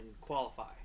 qualify